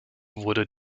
wurde